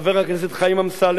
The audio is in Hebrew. חבר הכנסת אריה אלדד,